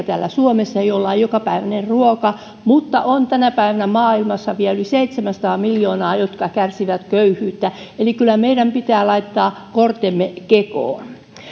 täällä suomessa ihmisiä joilla on jokapäiväinen ruoka mutta on tänä päivänä maailmassa vielä yli seitsemänsataa miljoonaa ihmistä jotka kärsivät köyhyydestä eli kyllä meidän pitää laittaa kortemme kekoon